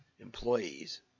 employees